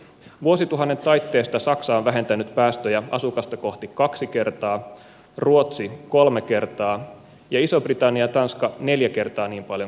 vuosituhannen taitteesta saksa on vähentänyt päästöjä asukasta kohti kaksi kertaa ruotsi kolme kertaa ja iso britannia ja tanska neljä kertaa niin paljon kuin suomi